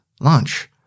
lunch